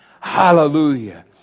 Hallelujah